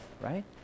right